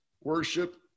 worship